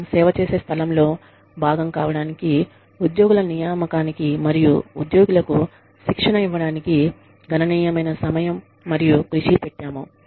మనం సేవ చేసే సంస్థలో భాగం కావడానికి ఉద్యోగుల నియామకానికి మరియు ఉద్యోగులకు శిక్షణ ఇవ్వడానికి గణనీయమైన సమయం మరియు కృషి పెట్టాము